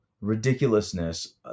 ridiculousness